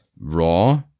raw